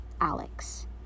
Alex